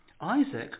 Isaac